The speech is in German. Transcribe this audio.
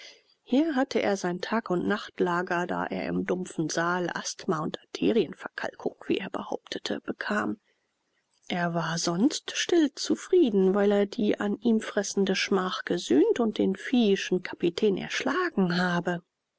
hier hatte er sein tag und nachtlager da er im dumpfen saal asthma und arterienverkalkung wie er behauptete bekam er war sonst stillzufrieden weil er die an ihm fressende schmach gesühnt und den viehischen kapitän erschlagen habe